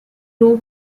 two